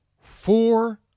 four